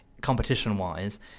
competition-wise